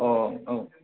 औ